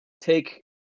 take